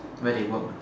where they work ah